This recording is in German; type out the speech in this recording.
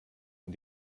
und